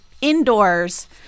indoors